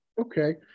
Okay